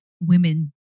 women